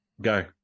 Go